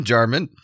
Jarman